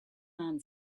man